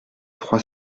trois